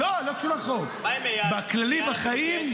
לא, לא של החוק, בכללי בחיים.